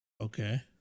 okay